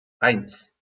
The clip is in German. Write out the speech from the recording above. eins